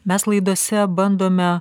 mes laidose bandome